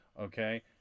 okay